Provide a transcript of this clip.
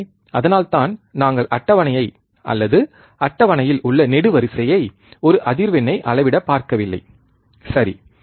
எனவே அதனால்தான் நாங்கள் அட்டவணையைப் அல்லது அட்டவணையில் உள்ள நெடுவரிசையை ஒரு அதிர்வெண்ணை அளவிடப் பார்க்கவில்லை சரி